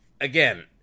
again